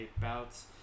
bouts